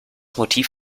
motiv